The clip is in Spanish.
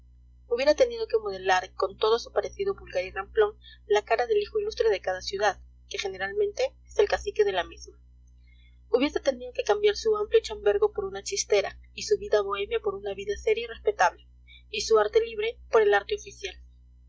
hubiera tenido que modelar con todo su parecido vulgar y ramplón la cara del hijo ilustre de cada ciudad que generalmente es el cacique de la misma hubiese tenido que cambiar su amplio chambergo por una chistera y su vida bohemia por una vida seria y respetable y su arte libre por el arte oficial